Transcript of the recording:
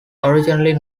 originally